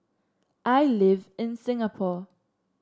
I live in Singapore